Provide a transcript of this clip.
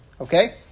Okay